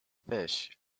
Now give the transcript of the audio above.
fish